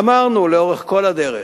אמרנו לאורך כל הדרך: